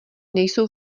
nejsou